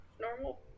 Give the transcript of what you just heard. normal